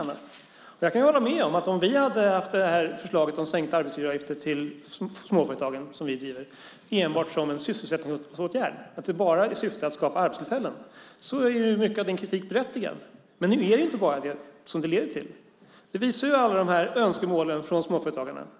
Det finns inget annat. Om vi hade drivit vårt förslag om sänkta arbetsgivaravgifter för småföretagen som enbart en sysselsättningsåtgärd, det vill säga bara i syfte att skapa arbetstillfällen, skulle mycket av kritiken vara berättigad. Men nu är det inte bara detta vårt förslag syftar till. Detta visar önskemålen från småföretagarna.